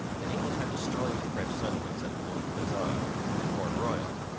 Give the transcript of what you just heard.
the english had destroyed the french settlements at mount desert and port royal.